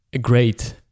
great